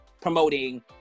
promoting